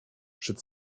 przed